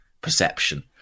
perception